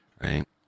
right